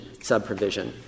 subprovision